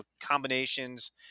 combinations